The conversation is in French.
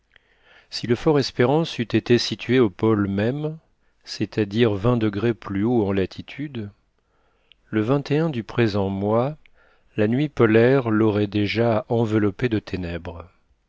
si le fort espérance eût été situé au pôle même c'est-à-dire vingt degrés plus haut en latitude le du présent mois la nuit polaire l'aurait déjà enveloppé de ténèbres